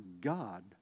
God